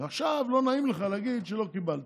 ועכשיו לא נעים לך להגיד שלא קיבלת.